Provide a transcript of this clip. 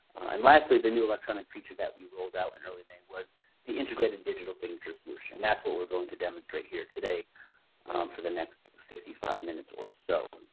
and lastly, the new electronic feature that we rolled out in early may was the integrated digital signature solution. and that's what we're going to demonstrate here today for the next fifty five minutes or so.